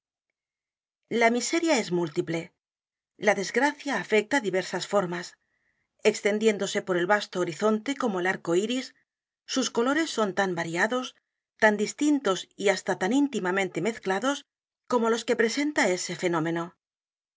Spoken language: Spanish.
la miseria es múltiple la desgracia afecta diversas formas extendiéndose por el vasto horizonte como el arco iris sus colores son tan variados tan distintos y hasta tan íntimanente mezclados como los que presenta ese fenómeno